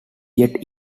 yet